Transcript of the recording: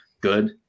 good